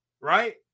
right